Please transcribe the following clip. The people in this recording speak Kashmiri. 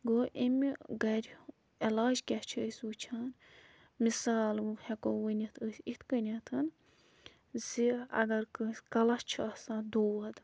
گوٚو اَمہِ گَرِ علاج کیٛاہ چھِ أسۍ وٕچھان مِثال ہٮ۪کو ؤنِتھ أسۍ یِتھ کٔنٮ۪تھ زِ اگر کٲنٛسہِ کَلس چھِ آسان دود